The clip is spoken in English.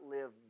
live